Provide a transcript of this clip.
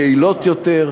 יעילות יותר,